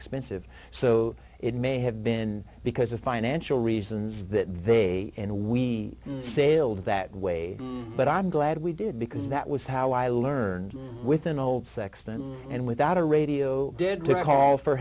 expensive so it may have been because of financial reasons that they and we sailed that way but i'm glad we did because that was how i learned with an old sexton and without a radio did to call for